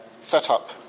setup